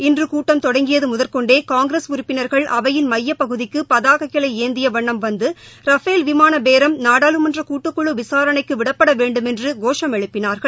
இன்றகூட்டம் தொடங்கியதுமுதற்கொண்டே காங்கிரஸ் உறுப்பினர்கள் அவையின் மையப்பகுதிக்குபதாகைகளைஏந்தியவண்ணம் வந்தரஃபேல் விமானபேரம் நாடாளுமன்றகூட்டுக்குழுவிசாரணைக்குவிடப்படவேண்டுமென்றுகோஷம் எழுப்பினார்கள்